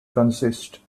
consist